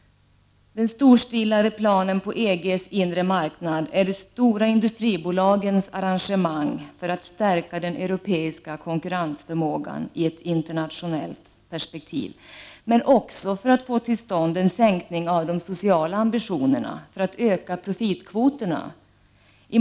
Den storstilade planen på EG:s inre marknad är de stora industribolagens arrangemang för att stärka den europeiska konkurrensförmågan i ett internationellt perspektiv men också för att få till stånd en sänkning av de sociala ambitionerna, för att öka profitkvoterna.